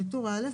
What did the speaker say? בטור א',